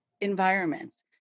environments